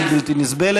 המציאות בלתי נסבלת,